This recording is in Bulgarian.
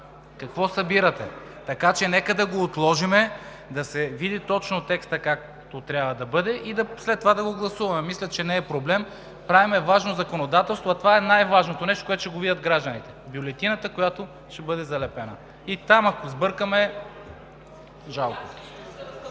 Какво събирате? Нека да го отложим, да се види как точно трябва да бъде текстът и след това да го гласуваме. Мисля, че не е проблем. Правим важно законодателство, а това е най-важното нещо, което ще го видят гражданите – бюлетината, която ще бъде залепена. Ако сбъркаме там